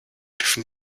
dürfen